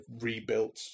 rebuilt